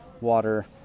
Water